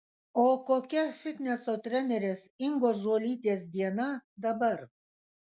o kokia fitneso trenerės ingos žuolytės diena dabar